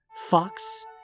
Fox